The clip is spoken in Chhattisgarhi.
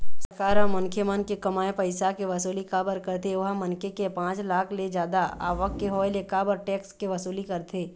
सरकार ह मनखे मन के कमाए पइसा के वसूली काबर कारथे ओहा मनखे के पाँच लाख ले जादा आवक के होय ले काबर टेक्स के वसूली करथे?